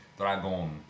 Dragon